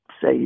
say